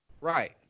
right